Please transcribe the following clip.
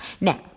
Now